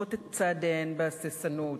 מחשבות את צעדיהן בהססנות,